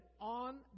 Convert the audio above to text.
on